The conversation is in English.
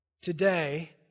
Today